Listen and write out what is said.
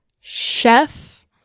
chef